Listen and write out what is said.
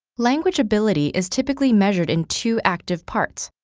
language ability is typically measured in two active parts,